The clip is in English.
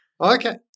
Okay